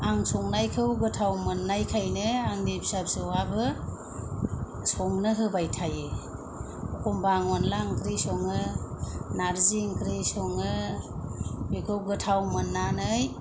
आं संनायखौ गोथाव मोन्नायखायनो आंनि फिसा फिसौआबो संनो होबाय थायो अखमबा आं अनला ओंख्रि सङो नार्जि ओंख्रि सङो बेखौ गोथाव मोन्नानै